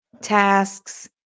tasks